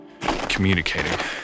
communicating